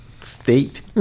state